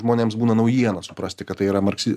žmonėms būna naujiena suprasti kad tai yra marksi